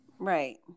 Right